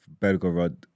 Belgorod